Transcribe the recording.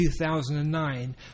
2009